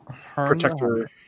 Protector